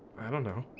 i don't know